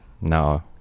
No